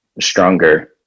stronger